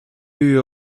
you